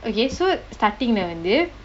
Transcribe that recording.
okay so starting leh வந்து:vanthu